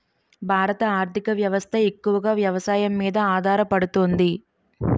భారత ఆర్థిక వ్యవస్థ ఎక్కువగా వ్యవసాయం మీద ఆధారపడుతుంది